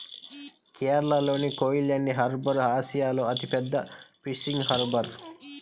కేరళలోని కోయిలాండి హార్బర్ ఆసియాలో అతిపెద్ద ఫిషింగ్ హార్బర్